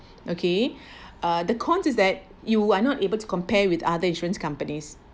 okay uh the con is that you are not able to compare with other insurance companies